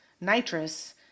nitrous